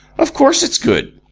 of course it's good.